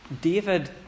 David